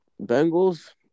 Bengals